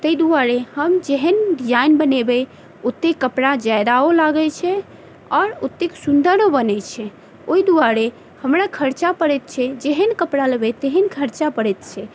ताहि दुआरे हम जेहन डिजाइन बनेबै ओतेक कपड़ा जादा ओ लागै छै आओर ओतेक सुन्दरो बनै छै ओहि दुआरे हमरा खर्चा पड़ैत छै जेहेन कपड़ा लेबै तेहन खर्चा पड़ैत छै